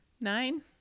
nine